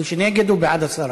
מי שנגד הוא בעד הסרה,